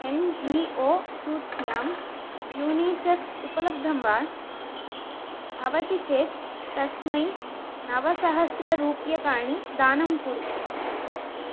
N G O सूच्यां यूनिसेस् उपलब्धं वा भवति चेत् तस्मै नवसहस्ररूप्यकाणि दानं कुरु